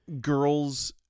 girls